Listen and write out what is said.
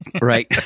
right